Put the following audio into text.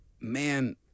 man